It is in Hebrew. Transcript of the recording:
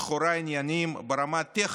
לכאורה עניינים ברמה הטכנית,